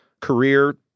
career